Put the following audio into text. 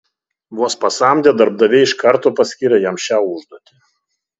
vos pasamdę darbdaviai iš karto paskyrė jam šią užduotį